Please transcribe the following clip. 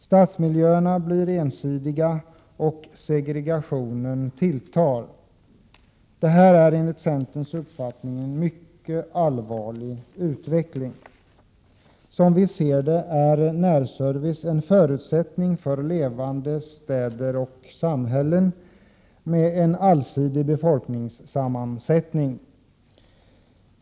Stadsmiljöerna blir ensidiga och segregationen tilltar. Denna utveckling är enligt centerns uppfattning mycket allvarlig. Som vi ser det är närservice en förutsättning för levande städer och samhällen med en allsidig befolkningssammansättning.